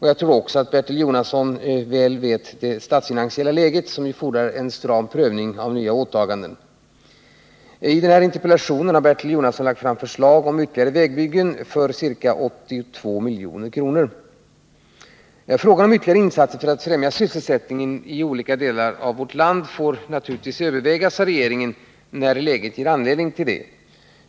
Jag tror också att Bertil Jonasson är lika medveten om det statsfinansiella läget som ju fordrar en stram prövning av nya åtaganden. I interpellationen har Bertil Jonasson lagt fram förslag om ytterligare vägbyggen för ca 82 milj.kr. Frågan om ytterligare insatser för att främja sysselsättningen i olika delar av landet får naturligtvis övervägas av regeringen när sysselsättningsläget ger anledning härtill.